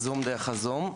אז זה היה דרך ה- Zoom.